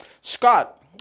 Scott